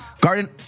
Garden